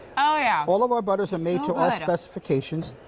ah yeah al of our butters are made to specification.